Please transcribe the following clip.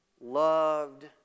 loved